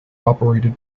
operated